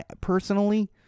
personally